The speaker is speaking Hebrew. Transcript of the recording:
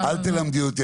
אל תלמדי אותי,